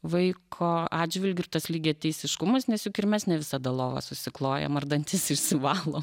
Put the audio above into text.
vaiko atžvilgiu ir tas lygiateisiškumas nes juk ir mes ne visada lovą susiklojam ar dantis išsivalom